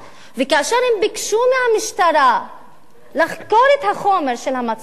וכאשר הן ביקשו מהמשטרה לחקור את החומר של המצלמות,